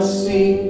see